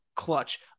clutch